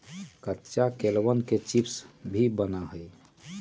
कच्चा केलवन के चिप्स भी बना हई